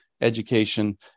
education